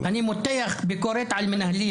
יכול להיות שאתם לא מקשיבים: אני מותח ביקורת על מנהלים